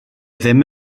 ddim